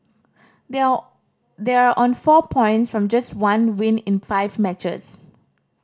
they are all they are on four points from just one win in five matches